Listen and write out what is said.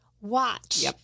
watch